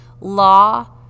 Law